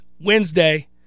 Wednesday